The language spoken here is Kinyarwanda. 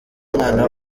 umwana